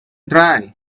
try